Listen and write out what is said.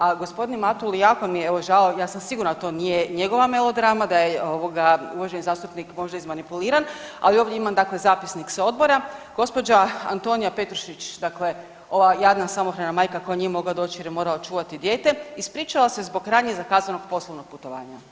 A Matuli jako mi je evo žao ja sam sigurna da to nije njegova melodrama, da je ovoga uvaženi zastupnik možda izmanipuliran, ali ovdje imam dakle zapisnik sa odbora, gospođa Antonija Petrušić, dakle ova jadna samohrana majka koja nije mogla doći jer je morala čuvati dijete ispričala se zbog ranije zakazanog poslovnog putovanja.